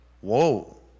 Whoa